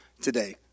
today